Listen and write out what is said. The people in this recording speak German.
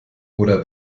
oder